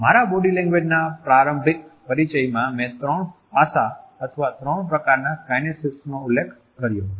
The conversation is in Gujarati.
મારા બોડી લેંગ્વેજના પ્રારંભિક પરિચયમાં મેં ત્રણ પાસા અથવા ત્રણ પ્રકારનાં કાઈનેસીક્સનો ઉલ્લેખ કર્યો હતો